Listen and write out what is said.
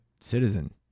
citizen